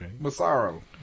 Massaro